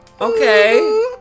Okay